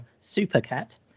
SuperCAT